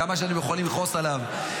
כמה שאתם יכולים לכעוס עליו,